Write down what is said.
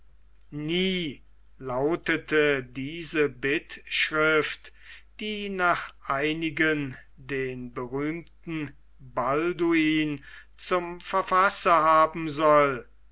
nie lautete diese bittschrift die nach einigen den berühmten balduin zum verfasser haben soll